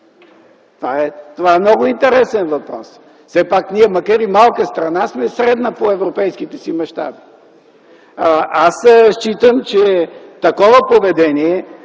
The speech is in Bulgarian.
Това е много интересен въпрос. Все пак, макар и малка страна, сме средна по европейските си мащаби. Считам, че такова поведение